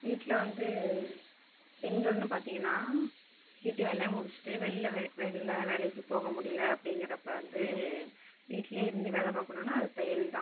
வீட்டில் வந்து பெண்கள்னு பார்த்திங்கன்னா வீட்டு வேலையை முடிச்சுட்டு வெளில வே வெளில வேலைக்கு போக முடியல அப்படிங்கிறப்ப வந்து வீட்டிலே இருந்து வேலை பார்க்கணுன்னா அது தையல் தான்